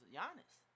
Giannis